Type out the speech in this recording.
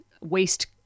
waste